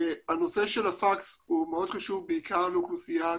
הנושא של הפקס הוא מאוד חשוב בעיקר לאוכלוסיית